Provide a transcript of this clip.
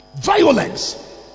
violence